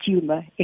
tumor